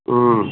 ಹ್ಞೂ